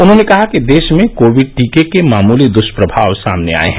उन्होंने कहा कि देश में कोविड टीके के मामूली द्ष्प्रभाव सामने आए हैं